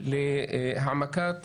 להעמקת